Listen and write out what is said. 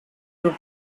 group